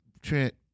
Trent